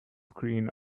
screen